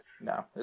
no